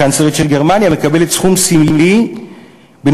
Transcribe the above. הקנצלרית של גרמניה מקבלת סכום סמלי נוסף